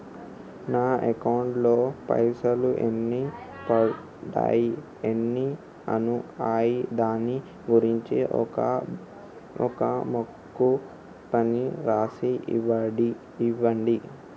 నా అకౌంట్ లో పైసలు ఎన్ని పడ్డాయి ఎన్ని ఉన్నాయో దాని గురించి ఒక బుక్కు పైన రాసి ఇవ్వండి?